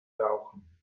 rauchen